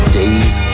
days